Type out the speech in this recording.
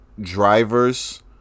drivers